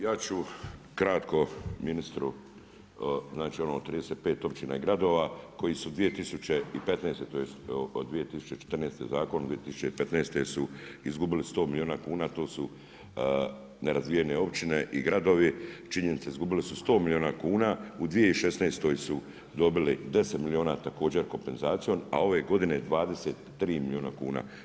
Ja ću kratko ministru, znači ono 35 općina i gradova koji su 2015., tj. od 2014. zakon od 2015. su izgubili 100 milijuna kn, to su nerazvijene općine i gradovi, činjenica izgubili su 100 milijuna kuna, u 2016. su dobili 10 milijuna također kompenzacijom a ove godine 23 milijuna kuna.